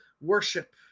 worship